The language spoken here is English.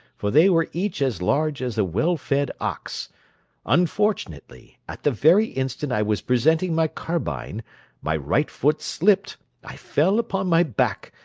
for they were each as large as a well-fed ox unfortunately, at the very instant i was presenting my carbine my right foot slipped, i fell upon my back,